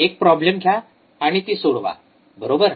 एक प्रॉब्लेम घ्या आणि ती सोडवा बरोबर